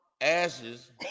ashes